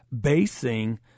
basing